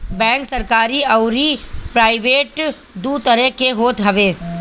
bank सरकरी अउरी private दू तरही के होत हवे